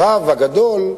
הרב הגדול,